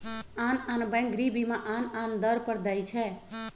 आन आन बैंक गृह बीमा आन आन दर पर दइ छै